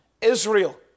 Israel